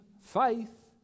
faith